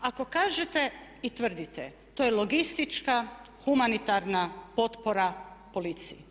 Ako kažete i tvrdite to je logistička humanitarna potpora policiji.